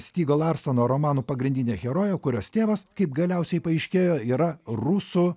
stigo larsono romanų pagrindinę heroję kurios tėvas kaip galiausiai paaiškėjo yra rusų